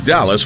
Dallas